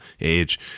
age